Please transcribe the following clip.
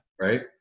right